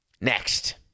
next